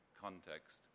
context